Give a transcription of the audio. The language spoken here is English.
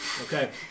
Okay